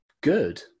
Good